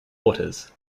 waters